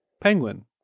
penguin